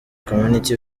community